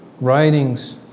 writings